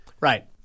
right